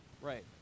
right